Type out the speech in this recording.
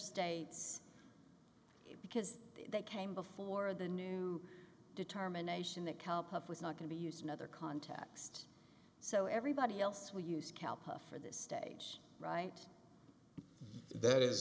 states because they came before the new determination that cow puff was not going to use another context so everybody else will use kalpa for this stage right that is